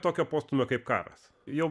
tokio postūmio kaip karas jau